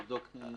שלנו.